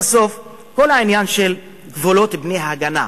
בסוף כל העניין של גבולות בני-הגנה,